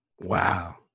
wow